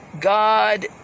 God